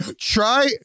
Try